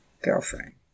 Girlfriend